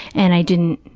and i didn't